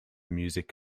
music